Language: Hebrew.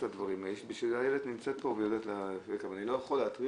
אולי קצת היום יש מודעות שבמעלית הקרינה יותר חזקה בגלל שהוא מתאמץ.